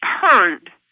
heard